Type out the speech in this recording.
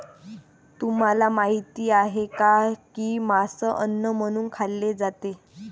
तुम्हाला माहित आहे का की मांस अन्न म्हणून खाल्ले जाते?